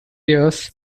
years